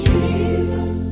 Jesus